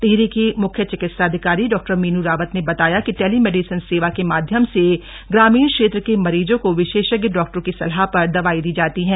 टिहरी की मुख्य चिकित्साधिकारी डॉ मीनू रावत ने बताया कि टेली मेडिसन सेवा के माध्यम से ग्रामीण क्षेत्र के मरीजों को विषेशज्ञ डॉक्टरों की सलाह पर दवाइयां दी जाती हैं